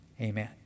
Amen